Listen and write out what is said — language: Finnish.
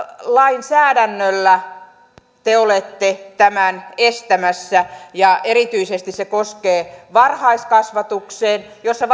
lainsäädännöllä te olette tämän estämässä erityisesti se koskee varhaiskasvatukseen jossa